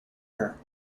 her